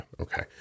Okay